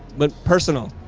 but personal.